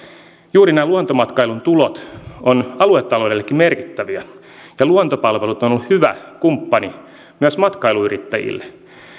juuri nämä luontomatkailun tulot ovat aluetaloudellekin merkittäviä ja kun luontopalvelut on on ollut hyvä kumppani myös matkailuyrittäjille